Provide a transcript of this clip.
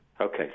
Okay